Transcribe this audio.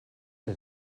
que